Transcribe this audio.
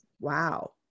Wow